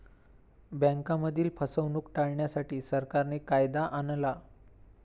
बँकांमधील फसवणूक टाळण्यासाठी, सरकारने कायदा आणला